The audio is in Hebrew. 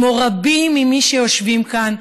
כמו רבים ממי שיושבים כאן,